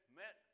met